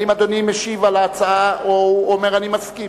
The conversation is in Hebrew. האם אדוני משיב על ההצעה או אומר אני מסכים?